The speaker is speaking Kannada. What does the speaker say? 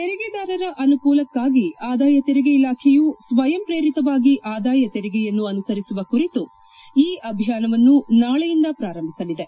ತೆರಿಗೆದಾರರ ಅನುಕೂಲಕ್ನಾಗಿ ಆದಾಯ ತೆರಿಗೆ ಇಲಾಖೆಯು ಸ್ವಯಂಪ್ರೇರಿತವಾಗಿ ಆದಾಯ ತೆರಿಗೆಯನ್ನು ಅನುಸರಿಸುವ ಕುರಿತು ಇ ಅಭಿಯಾನವನ್ನು ನಾಳೆಯಿಂದ ಪ್ರಾರಂಭಿಸಲಿದೆ